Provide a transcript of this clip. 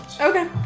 Okay